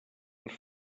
els